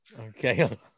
Okay